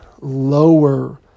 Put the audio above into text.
lower